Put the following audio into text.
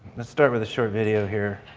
let's start with a short video here.